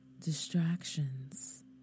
distractions